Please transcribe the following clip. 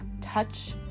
touch